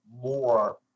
more